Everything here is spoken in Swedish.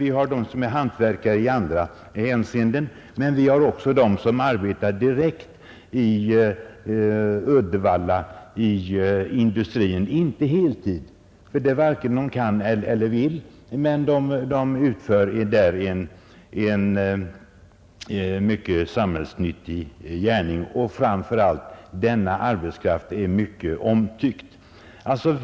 Några är hantverkare på andra områden. Vi har även de som arbetar i industrin i Uddevalla. De arbetar inte heltid, ty det varken kan eller vill de, men de utför där en mycket samhällsnyttig gärning. Framför allt är denna arbetskraft mycket omtyckt.